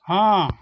ହଁ